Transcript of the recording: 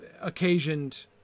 occasioned